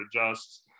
adjusts